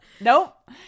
Nope